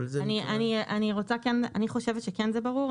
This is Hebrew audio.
אבל זה מבחינת --- אני חושבת שזה ברור,